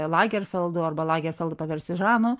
lagerfeldu arba lagerfeldą paversti žanu